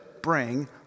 bring